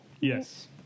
Yes